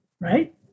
Right